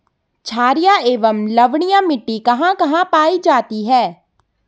छारीय एवं लवणीय मिट्टी कहां कहां पायी जाती है?